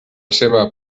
seua